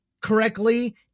correctly